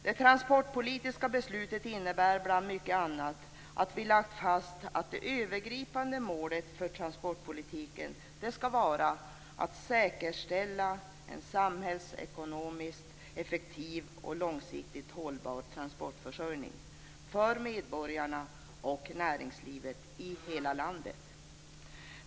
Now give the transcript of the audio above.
Det transportpolitiska beslutet innebär bland mycket annat att vi lagt fast att det övergripande målet för transportpolitiken skall vara att "säkerställa en samhällsekonomiskt effektiv och långsiktigt hållbar transportförsörjning för medborgarna och näringslivet i hela landet".